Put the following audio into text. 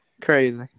Crazy